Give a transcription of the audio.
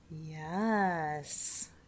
Yes